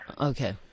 Okay